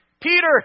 Peter